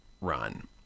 run